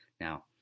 Now